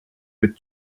with